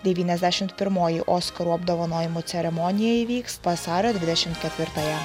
devyniasdešimt pirmoji oskarų apdovanojimų ceremonija įvyks vasario dvidešimt ketvirtąją